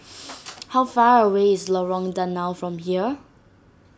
how far away is Lorong Danau from here